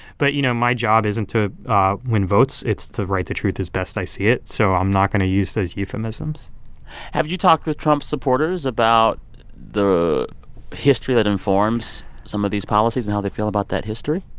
but, you know, my job isn't to win votes. it's to write the truth as best i see it. so i'm not going to use those euphemisms have you talked with trump supporters about the history that informs some of these policies and how they feel about that history?